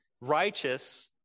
righteous